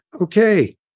okay